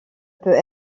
peut